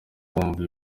kumva